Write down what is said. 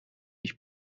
ich